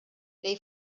they